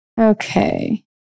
Okay